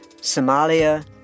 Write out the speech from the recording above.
Somalia